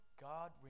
God